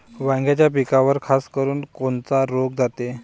वांग्याच्या पिकावर खासकरुन कोनचा रोग जाते?